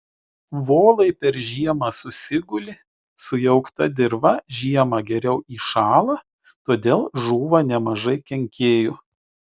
volai per žiemą susiguli sujaukta dirva žiemą geriau įšąla todėl žūva nemažai kenkėjų